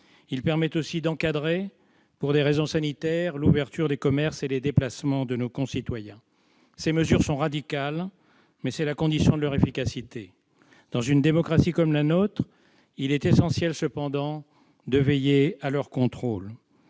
permet aussi d'encadrer, pour des raisons sanitaires, l'ouverture des commerces et les déplacements de nos concitoyens. Ces mesures sont radicales, mais c'est la condition de leur efficacité. Dans une démocratie comme la nôtre, toutefois, il est essentiel de veiller à leur contrôle.